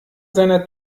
seiner